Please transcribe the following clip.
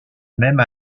même